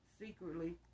secretly